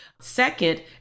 Second